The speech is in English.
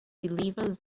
deliver